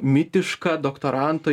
mitišką doktoranto